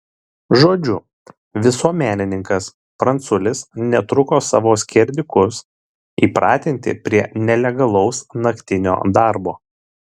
žodžiu visuomenininkas pranculis netruko savo skerdikus įpratinti prie nelegalaus naktinio darbo